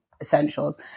essentials